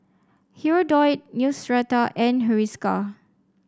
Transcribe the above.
Hirudoid Neostrata and Hiruscar